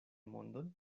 mondon